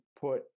put